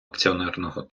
акціонерного